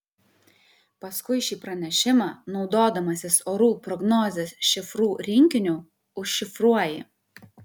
paskui šį pranešimą naudodamasis orų prognozės šifrų rinkiniu užšifruoji